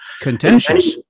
contentious